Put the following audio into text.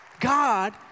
God